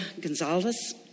Gonzalez